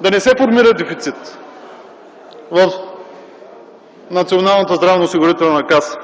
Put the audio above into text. да не се формира дефицит в Националната здравноосигурителна каса.